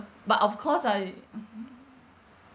but of course I